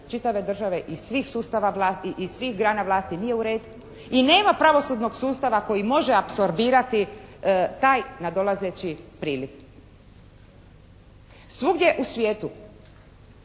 čitave države i svih grana vlasti nije u redu i nema pravosudnog sustava koji može apsorbirati taj nadolazeći priliv. Svugdje u svijetu